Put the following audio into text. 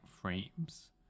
frames